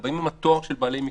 הם באים עם התואר של בעלי מקצוע,